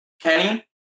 Kenny